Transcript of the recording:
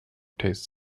tastes